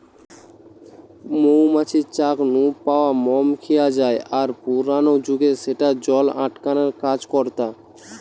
মৌ মাছির চাক নু পাওয়া মম খিয়া জায় আর পুরানা জুগে স্যাটা জল আটকানার কাজ করতা